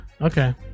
Okay